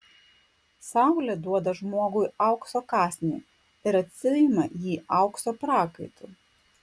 saulė duoda žmogui aukso kąsnį ir atsiima jį aukso prakaitu